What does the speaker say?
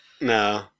No